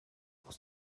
aus